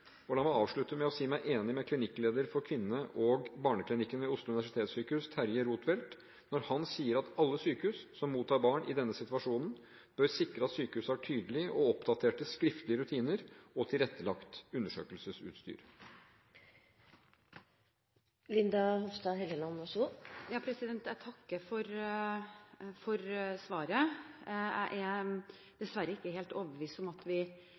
La meg avslutte med å si meg enig med klinikkleder for Kvinne- og barneklinikken ved Oslo universitetssykehus, Terje Rootwelt, når han sier at alle sykehus som mottar barn i denne situasjonen, bør sikre at sykehuset har tydelige og oppdaterte skriftlige rutiner og tilrettelagt undersøkelsesutstyr. Jeg takker for svaret. Jeg er dessverre ikke helt overbevist om at vi